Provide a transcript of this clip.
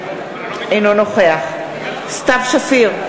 אינו נוכח סתיו שפיר,